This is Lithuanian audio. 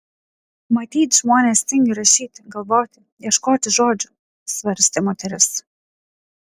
matyt žmonės tingi rašyti galvoti ieškoti žodžių svarstė moteris